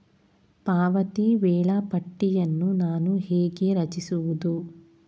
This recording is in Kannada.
ಪಾವತಿ ವೇಳಾಪಟ್ಟಿಯನ್ನು ನಾನು ಹೇಗೆ ರಚಿಸುವುದು?